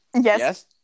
Yes